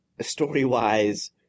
Story-wise